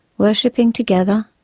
worshipping together,